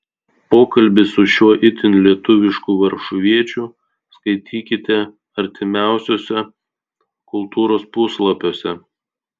pokalbį su šiuo itin lietuvišku varšuviečiu skaitykite artimiausiuose kultūros puslapiuose